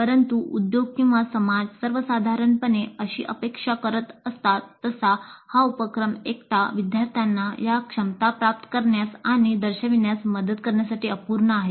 परंतु उद्योग किंवा समाज सर्वसाधारणपणे जशी अपेक्षा करत असतात तसा हा उपक्रम एकटा विद्यार्थ्यांना या क्षमता प्राप्त करण्यास आणि दर्शविण्यास मदत करण्यासाठी अपूर्ण आहे